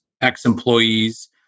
ex-employees